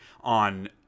on